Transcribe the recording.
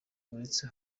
uretse